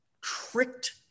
tricked